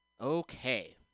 Okay